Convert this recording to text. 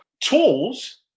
tools